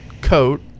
coat